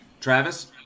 Travis